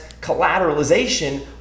collateralization